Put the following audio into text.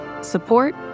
support